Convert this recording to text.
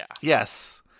Yes